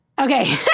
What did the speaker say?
Okay